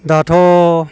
दाथ'